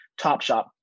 Topshop